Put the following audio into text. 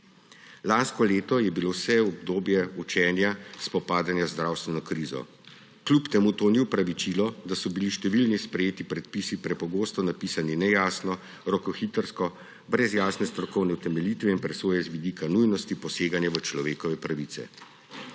Lansko leto je bilo vse obdobje učenja spopadanja z zdravstveno krizo. Kljub temu to ni opravičilo, da so bili številni sprejeti predpisi prepogosto napisani nejasno, rokohitrsko, brez jasne strokovne utemeljitve in presoje z vidika nujnosti poseganja v človekove pravice.